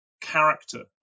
character